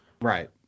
Right